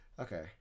okay